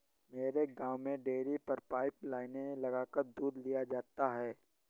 मेरे गांव में डेरी पर पाइप लाइने लगाकर दूध लिया जाता है